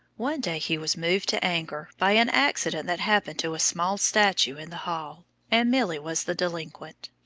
one day he was moved to anger by an accident that happened to a small statue in the hall and milly was the delinquent.